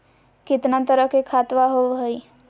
कितना तरह के खातवा होव हई?